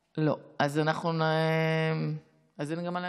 לא, אז אין גם מה להצביע.